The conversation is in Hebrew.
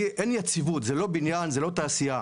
אין יציבות, זה לא בניין, זה לא תעשייה.